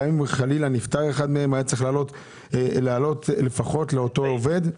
אם חלילה נפטר אחד מהם היה צריך להעלות את המספר ולפחות למלא את